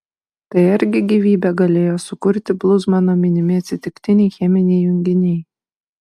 tai argi gyvybę galėjo sukurti bluzmano minimi atsitiktiniai cheminiai junginiai